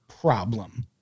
problem